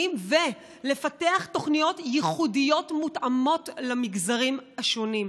ולפתח תוכניות ייחודיות מותאמות למגזרים השונים.